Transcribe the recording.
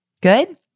Good